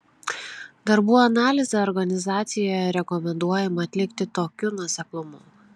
darbų analizę organizacijoje rekomenduojama atlikti tokiu nuoseklumu